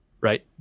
right